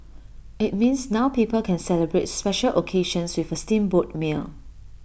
IT means now people can celebrate special occasions with A steamboat meal